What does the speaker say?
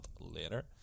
later